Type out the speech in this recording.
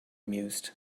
mused